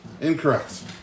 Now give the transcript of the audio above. Incorrect